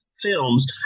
Films